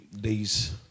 days